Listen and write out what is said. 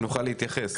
שנוכל להתייחס,